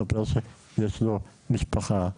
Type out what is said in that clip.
מספר שיש לו משפחה,